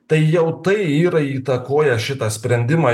tai jau tai yra įtakoja šitą sprendimą